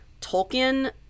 Tolkien